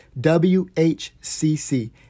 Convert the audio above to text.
WHCC